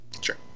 Sure